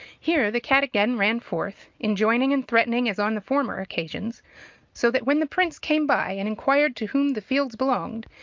here the cat again ran forth, enjoining and threatening as on the former occasions so that when the prince came by and inquired to whom the fields belonged,